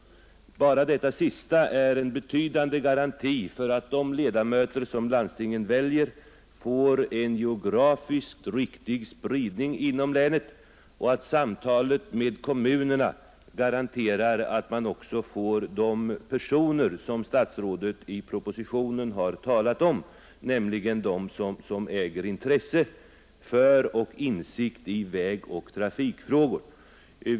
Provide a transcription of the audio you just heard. Bara detta sista är en betydande garanti för att de ledamöter som landstinget väljer får en geografiskt riktig spridning inom länet. Samrådet med kommunerna garanterar också att man får de personer som statsrådet i propositionen har talat om, nämligen de som äger intresse för och insikt i vägoch trafikfrågor.